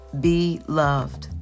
Beloved